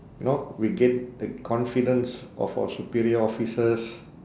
you know we gain the confidence of our superior officers